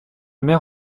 mère